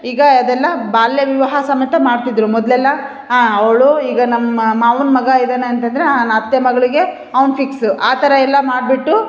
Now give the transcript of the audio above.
ಈಗ ಅದೆಲ್ಲ ಬಾಲ್ಯ ವಿವಾಹ ಸಮೇತ ಮಾಡ್ತಿದ್ದರು ಮೊದಲೆಲ್ಲ ಅವಳು ಈಗ ನಮ್ಮ ಮಾವುನ ಮಗ ಇದ್ದಾನೆ ಅಂತಂದರೆ ಹಾಂ ಅತ್ತೆ ಮಗಳಿಗೇ ಅವ್ನು ಫಿಕ್ಸು ಆ ಥರ ಎಲ್ಲ ಮಾಡಿಬಿಟ್ಟು